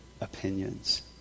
opinions